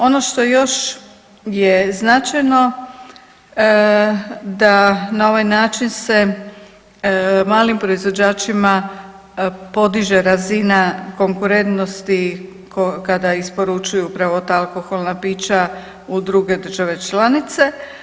Ono što još je značajno da na ovaj način se malim proizvođačima podiže razina konkurentnosti kada isporučuju upravo ta alkoholna pića u druge države članice.